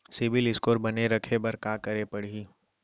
CIBIL score बने रखे बर का करे पड़ही?